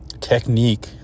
technique